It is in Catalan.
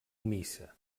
missa